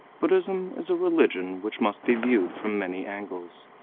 buddhism is a religion which must be viewed from many angles.